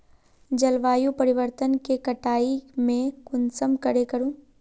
जलवायु परिवर्तन के कटाई में कुंसम करे करूम?